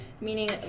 meaning